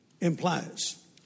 implies